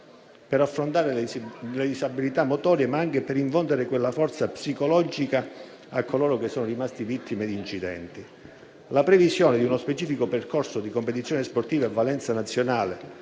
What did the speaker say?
per affrontare le disabilità motorie, ma anche per infondere quella forza psicologica a coloro che sono rimasti vittime di incidenti. La previsione di uno specifico percorso di competizione sportiva a valenza nazionale